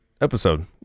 episode